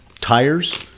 tires